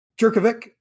Jerkovic